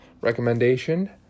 recommendation